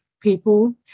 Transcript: people